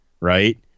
right